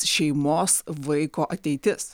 šeimos vaiko ateitis